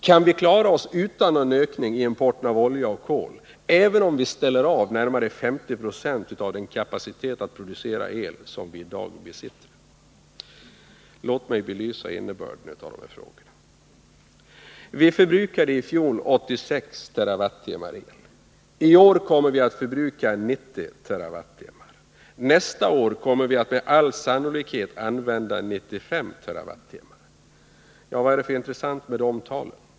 Kan vi klara oss utan någon ökning i importen av olja och kol, även om vi ställer av närmare 50 96 av den kapacitet att producera el som vi i dag besitter? Låt mig belysa innebörden av dessa frågor. Vi förbrukade i fjol 86 TWh el. I år kommer vi att förbruka 90 TWh. Nästa år kommer vi med all sannolikhet att använda 95 TWh. Vad är det då för intressant med dessa tal?